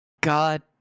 god